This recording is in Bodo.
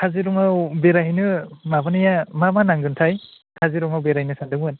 काजिरङायाव बेरायहैनो माबानाया मा मा नांगोनथाय काजिरङायाव बेरायनो सान्दोंमोन